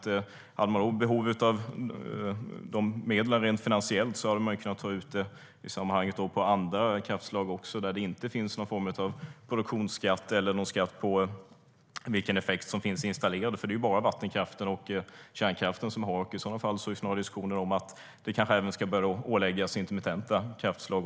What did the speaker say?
Hade man behov av dessa medel rent finansiellt hade man kunnat ta ut dem på andra kraftslag också där det inte finns någon form av produktionsskatt eller någon skatt på den effekt som finns installerad. Det är bara vattenkraften och kärnkraften som har det. I sådana fall är diskussionen snarare att det kanske ska åläggas även intermittenta kraftslag.